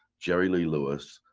jerry lee lewis,